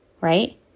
Right